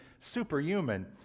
superhuman